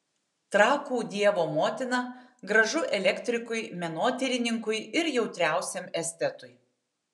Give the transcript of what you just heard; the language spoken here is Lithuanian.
trakų dievo motina gražu elektrikui menotyrininkui ir jautriausiam estetui